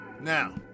Now